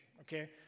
okay